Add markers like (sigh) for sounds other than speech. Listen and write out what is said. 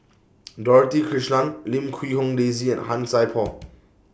(noise) Dorothy Krishnan Lim Quee Hong Daisy and Han Sai Por